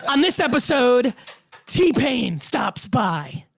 on this episode t-pain stops by.